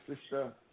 sister